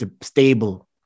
stable